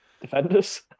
defenders